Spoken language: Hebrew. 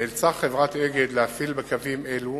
נאלצה חברת "אגד" להפעיל בקווים אלו